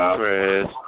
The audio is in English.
Chris